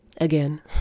again